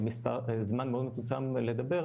זמן מאוד מצומצם לדבר,